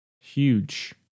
Huge